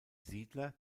siedler